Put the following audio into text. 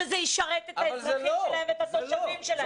שזה ישרת את האזרחים שלהם והתושבים שלהם.